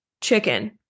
chicken